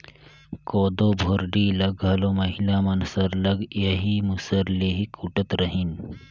कोदो भुरडी ल घलो महिला मन सरलग एही मूसर ले ही कूटत रहिन